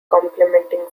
complementing